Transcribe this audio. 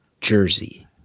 Jersey